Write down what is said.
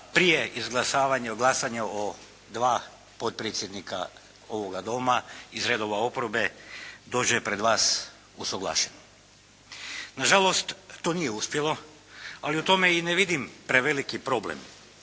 prije izglasavanja glasanja o dva potpredsjednika ovoga Doma iz redova oporbe dođe pred vas usuglašeni. Nažalost to nije uspjelo. Ali u tome i ne vidim preveliki problem,